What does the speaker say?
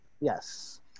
Yes